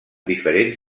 diferents